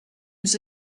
was